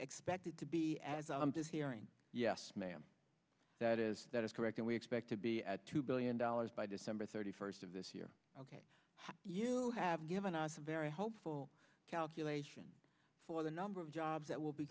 expected to be as i'm just hearing yes ma'am that is that is correct and we expect to be at two billion dollars by december thirty first of this year ok you have given us a very hopeful calculation for the number of jobs that will be